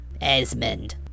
Esmond